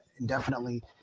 indefinitely